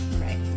Right